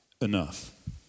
enough